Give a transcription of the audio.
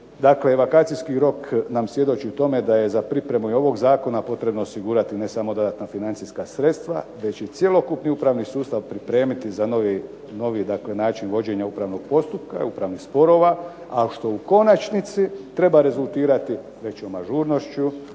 evakacijski rok nam svjedoči o tome da je za pripremu i ovog zakona potrebno osigurati ne samo dodatna financijska sredstva, već i cjelokupni upravni sustav pripremiti za novi dakle način vođenja upravnog postupka, upravnih sporova, a što u konačnici treba rezultirati većom ažurnošću,